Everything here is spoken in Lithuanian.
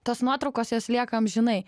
tos nuotraukos jos lieka amžinai